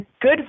good